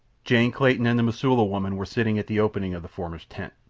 jane clayton and the mosula woman were sitting at the opening of the former's tent,